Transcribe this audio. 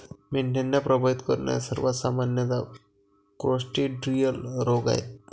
मेंढ्यांना प्रभावित करणारे सर्वात सामान्य क्लोस्ट्रिडियल रोग आहेत